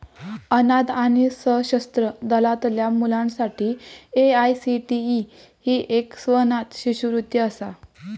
अनाथ आणि सशस्त्र दलातल्या मुलांसाठी ए.आय.सी.टी.ई ही एक स्वनाथ शिष्यवृत्ती असा